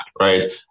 right